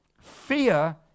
Fear